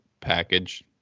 package